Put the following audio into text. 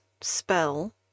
spell